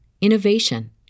innovation